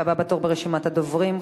והבא בתור ברשימת הדוברים,